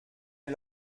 est